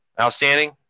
Outstanding